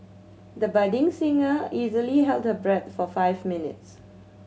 the budding singer easily held her breath for five minutes